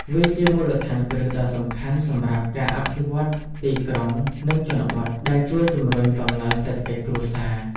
វាជាមូលដ្ឋានគ្រឹះដ៏សំខាន់សម្រាប់ការអភិវឌ្ឍទីក្រុង និងជនបទ ដែលជួយជំរុញកំណើនសេដ្ឋកិច្ចគ្រួសារ។